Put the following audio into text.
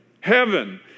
heaven